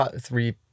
three